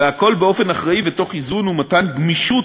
והכול באופן אחראי ותוך איזון ומתן גמישות